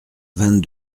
vingt